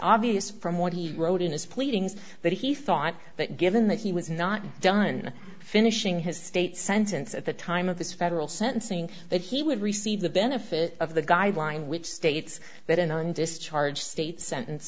obvious from what he wrote in his pleadings that he thought that given that he was not done finishing his state sentence at the time of this federal sentencing that he would receive the benefit of the guideline which states that in undischarged state sentence